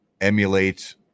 emulate